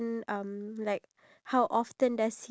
and so I just plan to do that